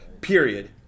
Period